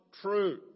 true